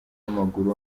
w’amaguru